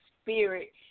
spirit